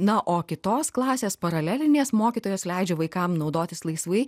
na o kitos klasės paralelinės mokytojos leidžia vaikam naudotis laisvai